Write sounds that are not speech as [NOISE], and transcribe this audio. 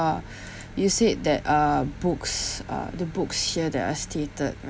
[BREATH] you said that uh books uh the books here that are stated